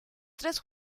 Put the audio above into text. tres